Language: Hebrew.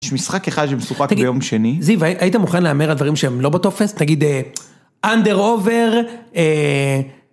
משחק אחד שבשוחק ביום שני- זיו, היית מוכן להמר הדברים שהם לא בטופס תגיד. אנדר עובר.